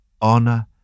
honor